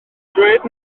dweud